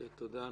תודה.